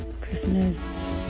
Christmas